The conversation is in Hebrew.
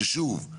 ששוב,